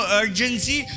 urgency